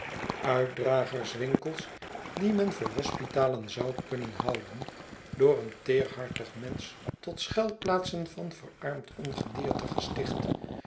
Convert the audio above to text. uitdragerswinkels die men voor hospitalen zou kunnen houden door een teerhartig mensch tot schuilplaatsen van verarmd ongedierte gesticht